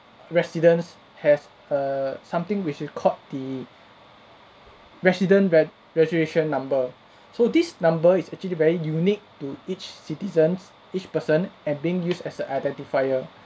residents has err something which is called the resident reg~ registration number so this number is actually very unique to each citizens each person and being used as a identifier